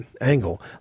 angle